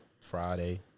Friday